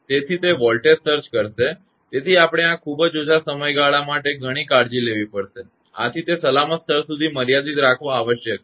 તેથી તે voltage surge વોલ્ટેજમાં વધારો કરશે તેથી આપણે આ ખૂબ જ ઓછા સમયગાળા માટે ઘણી કાળજી લેવી પડશે આથી તે સલામત સ્તર સુધી મર્યાદિત રાખવા આવશ્યક છે